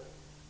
För mig är det en